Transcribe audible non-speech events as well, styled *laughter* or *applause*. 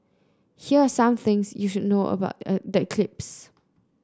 here are some things you should know about *noise* the eclipse